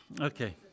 Okay